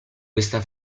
questa